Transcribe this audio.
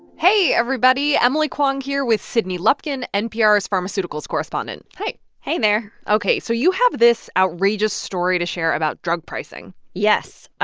hey, everybody. emily kwong here with sydney lupkin, npr's pharmaceuticals correspondent. hey hey there ok. so you have this outrageous story to share about drug pricing yes.